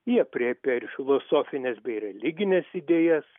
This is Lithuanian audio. ji aprėpia ir filosofines bei religines idėjas